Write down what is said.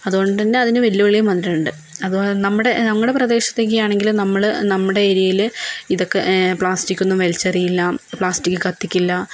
അതുകൊണ്ട് തന്നെ അതിന് വെല്ലുവിളിയും വന്നിട്ടുണ്ട് അത് നമ്മുടെ നമ്മുടെ പ്രദേശത്തൊക്കെയാണെങ്കില് നമ്മള് നമ്മുടെ ഏരിയയില് ഇതൊക്കെ പ്ലാസ്റ്റിക്കൊന്നും വലിച്ചെറിയില്ല പ്ലാസ്റ്റിക് കത്തിക്കില്ല